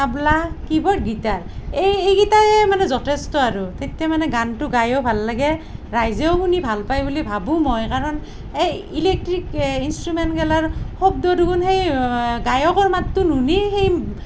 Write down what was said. তবলা keyboard guitar এই এইকেইটাই মানে যথেষ্ট আৰু তেতিয়া মানে গানটো গায়ো ভাল লাগে ৰাইজেও শুনি ভাল পাই বুলি ভাবোঁ মই কাৰণ এই ইলেক্ট্ৰিক ইন্সট্ৰুমেণ্ট গেলাৰ শব্দ দেখোন সেই গায়কৰ মাতটো নুশুনি সেই